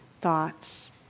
thoughts